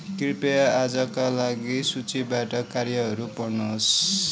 कृपया आजका लागि सूचीबाट कार्यहरू पढ्नुहोस्